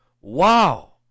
Wow